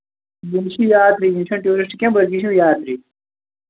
یِم چھِ یاتری یِم چھِنہٕ ٹوٗرسِٹ کیٚنٛہہ بٔلکہِ چھِ یِم یاتری